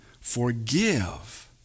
Forgive